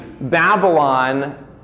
Babylon